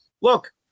Look